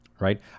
right